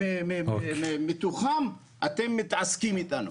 שמתוכם אתם מתעסקים איתנו.